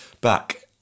back